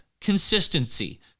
consistency